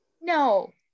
no